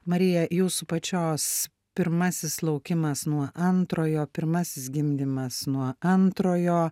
marija jūsų pačios pirmasis laukimas nuo antrojo pirmasis gimdymas nuo antrojo